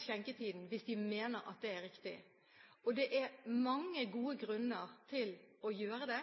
skjenketiden hvis de mener at det er riktig, og det er mange gode grunner til å gjøre det.